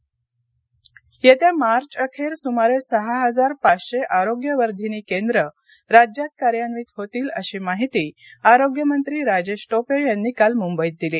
आरोग्य केंद्र पश्चिम मंबई येत्या मार्चअखेर सुमारे सहा हजार पाचशे आरोग्यवर्धिनी केंद्र राज्यात कार्यान्वित होतील अशी माहिती आरोग्यमंत्री राजेश टोपे यांनी काल मुंबईत दिली